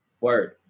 Word